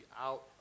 out